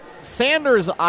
Sanders